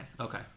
Okay